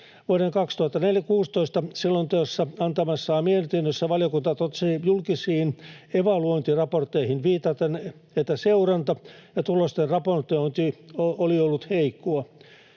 Vuoden 2016 selonteosta antamassaan mietinnössä valiokunta totesi julkisiin evaluointiraportteihin viitaten, että seuranta ja tulosten raportointi oli ollut heikkoa.